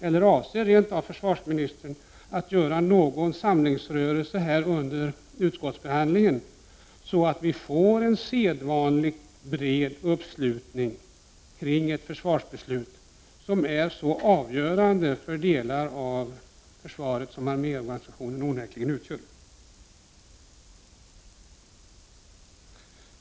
Eller avser försvarsministern rent av att göra någon samlingsrörelse under utskottsbehandlingen, så att vi får en sedvanlig bred uppslutning kring ett försvarsbeslut, som är så avgörande för de viktiga delar av försvaret som arméorganisationen onekligen utgör?